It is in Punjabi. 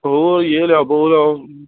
ਹੋਰ ਯੇ ਲਿਆ ਵੋ ਲਿਆ